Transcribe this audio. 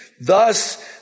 Thus